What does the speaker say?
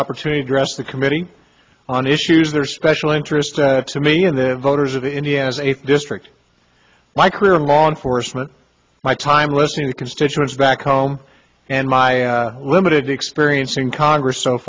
opportunity to dress the committee on issues that are special interest to me and the voters of indiana as a district my career in law enforcement my time listening to constituents back home and my limited experience in congress so